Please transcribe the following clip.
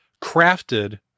crafted